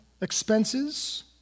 expenses